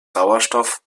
sauerstoff